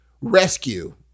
rescue